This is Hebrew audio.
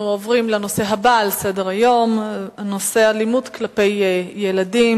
אנחנו עוברים לנושא הבא על סדר-יום: אלימות כלפי ילדים,